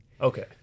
Okay